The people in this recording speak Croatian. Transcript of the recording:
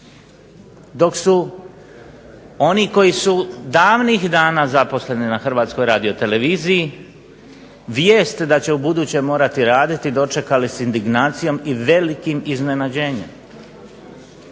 dok su oni koji su davnih dana zaposleni na Hrvatskoj radioteleviziji vijest da će ubuduće morati raditi dočekali s indignacijom i velikim iznenađenjem.